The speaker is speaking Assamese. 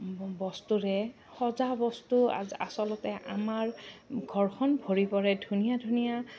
বস্তুৰে সজা বস্তু আ আচলতে আমাৰ ঘৰখন ভৰি পৰে ধুনীয়া ধুনীয়া